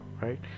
right